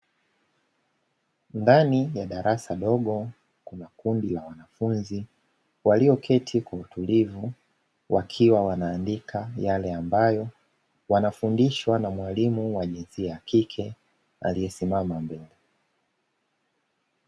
Ndani ya darasa dogo Kuna kundi la wanafunzi walioketi kwa utulivu, wakiwa wanaandika yale ambayo wanafundishwa na mwalimu wa jinsia ya kike aliyesimama mbele.